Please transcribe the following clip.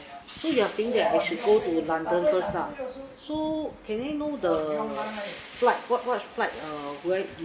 so you're saying that I should go to london first lah so can we know the flight what what flight err do I